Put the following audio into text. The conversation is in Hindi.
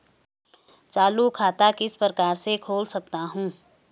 चालू खाता किस प्रकार से खोल सकता हूँ?